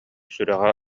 сүрэҕэ